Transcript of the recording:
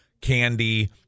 candy